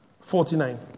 forty-nine